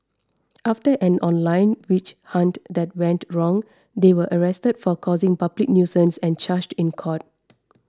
after an online witch hunt that went wrong they were arrested for causing public nuisance and charged in court